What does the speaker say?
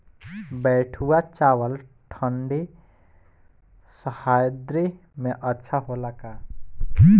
बैठुआ चावल ठंडी सह्याद्री में अच्छा होला का?